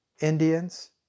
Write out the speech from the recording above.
Indians